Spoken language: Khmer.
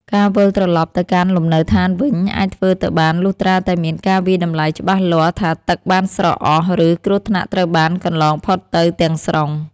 ការវិលត្រឡប់ទៅកាន់លំនៅឋានវិញអាចធ្វើទៅបានលុះត្រាតែមានការវាយតម្លៃច្បាស់លាស់ថាទឹកបានស្រកអស់ ឬគ្រោះថ្នាក់ត្រូវបានកន្លងផុតទៅទាំងស្រុង។